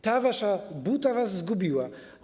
Ta wasza buta was zgubiła.